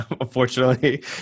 Unfortunately